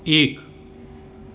એક